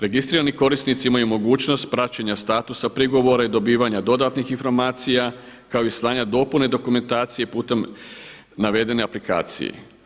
Registrirani korisnici imaju mogućnost praćenja statusa pregovora i dobivanja dodatnih informacija kao i slanja dopune dokumentacije putem navedene aplikacije.